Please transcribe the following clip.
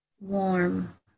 warm